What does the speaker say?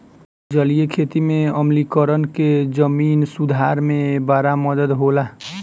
जलीय खेती में आम्लीकरण के जमीन सुधार में बड़ा मदद होला